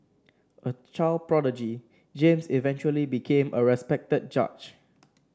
a child prodigy James eventually became a respected judge